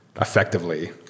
effectively